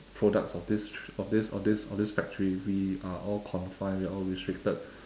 products of this st~ of this of this of this factory we are all confined we are all restricted